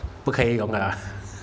不可以用了啦